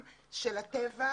שלומית,